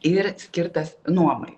ir skirtas nuomai